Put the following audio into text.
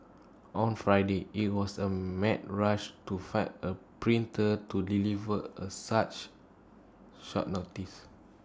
on Friday IT was A mad rush to find A printer to deliver A such short notice